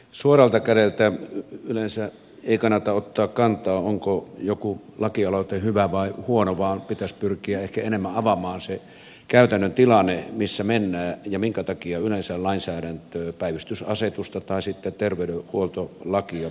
suoralta kädeltä yleensä ei kannata ottaa kantaa onko jokin lakialoite hyvä vai huono vaan pitäisi pyrkiä ehkä enemmän avaamaan se käytännön tilanne missä mennään ja minkä takia yleensä lainsäädäntöä päivystysasetusta tai sitten terveydenhuoltolakia säädetään